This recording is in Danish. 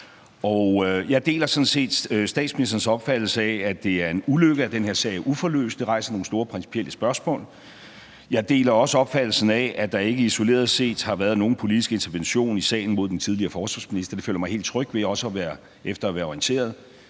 sådan set statsministerens opfattelse af, at det er en ulykke, at den her sag er uforløst; det rejser nogle store principielle spørgsmål. Jeg deler også opfattelsen af, at der ikke isoleret set har været nogen politisk intervention i sagen mod den tidligere forsvarsminister – det føler jeg mig helt tryg ved, også efter at være blevet